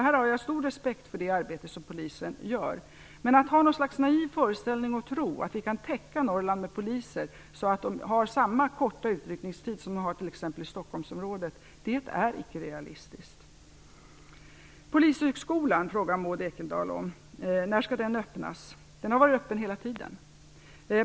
Här har jag har stor respekt för det arbete Polisen utför. Men att ha någon slags naiv föreställning om, och tro på, att vi kan täcka Norrland med poliser så att det blir samma korta utryckningstid som i exempelvis Stockholmsområdet, är inte realistiskt. Maud Ekendahl frågar när Polishögskolan skall öppnas. Den har varit öppen hela tiden.